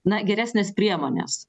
na geresnės priemonės